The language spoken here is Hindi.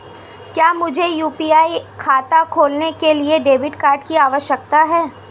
क्या मुझे यू.पी.आई खाता खोलने के लिए डेबिट कार्ड की आवश्यकता है?